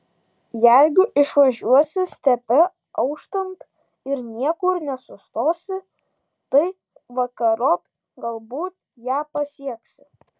jeigu išvažiuosi stepe auštant ir niekur nesustosi tai vakarop galbūt ją pasieksi